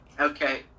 Okay